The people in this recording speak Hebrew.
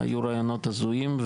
אלה היו רעיונות הזויים.